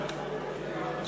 נתקבלה.